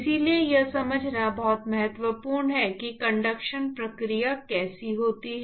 इसलिए यह समझना बहुत महत्वपूर्ण है कि कंडक्शन प्रक्रिया कैसे होती है